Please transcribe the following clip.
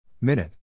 Minute